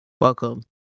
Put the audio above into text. welcome